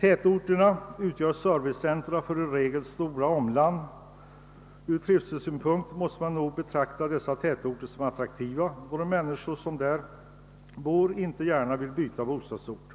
De utgör servicecentra för i regel stora omland, och ur trivselsynpunkt måste de nog betraktas som attraktiva då de människor som bor där inte gärna vill byta bostadsort.